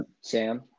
Sam